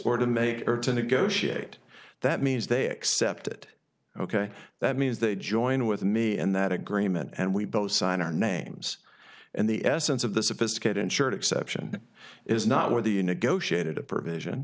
or to make or to negotiate that means they accept it ok that means they join with me and that agreement and we both sign our names and the essence of the sophisticate insured exception is not where the negotiated a provision